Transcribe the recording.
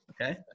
Okay